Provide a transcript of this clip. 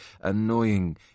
annoying